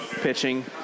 pitching